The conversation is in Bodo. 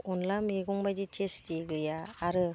अनद्ला मैगंबायदि टेस्टि गैया आरो